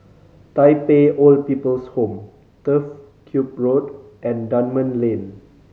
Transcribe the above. Tai Pei Old People's Home Turf Ciub Road and Dunman Lane